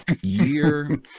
year